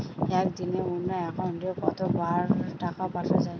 একদিনে অন্য একাউন্টে কত বার টাকা পাঠানো য়ায়?